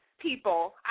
people